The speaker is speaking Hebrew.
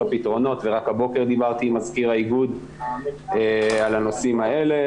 פתרונות ורק הבוקר דיברתי עם מזכיר האיגוד על הנושאים האלה,